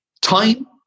time